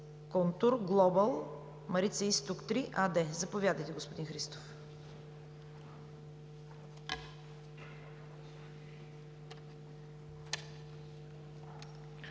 „КонтурГлобал Марица изток 3“ АД. Заповядайте, господин Христов.